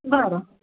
बरं